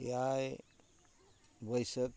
ᱮᱭᱟᱭ ᱵᱟᱹᱭᱥᱟᱹᱠᱷ